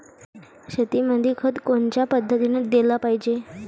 शेतीमंदी खत कोनच्या पद्धतीने देलं पाहिजे?